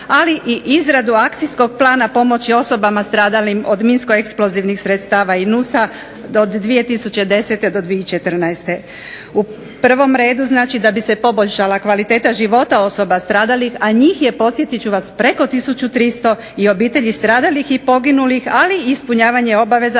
ali i izradu akcijskog plana pomoći osobama stradalim od minsko eksplozivnih sredstava i NUS-a od 2010. do 2014. U prvom redu znači da bi se poboljšala kvaliteta života osoba stradalih, a njih je podsjetit ću vas preko tisuću 300 i obitelji stradalih i poginuli, ali i ispunjavanje obaveza